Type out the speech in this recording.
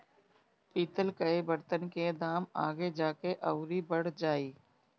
पितल कअ बर्तन के दाम आगे जाके अउरी बढ़ जाई